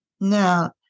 Now